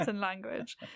language